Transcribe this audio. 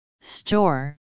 store